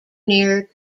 near